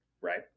right